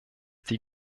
die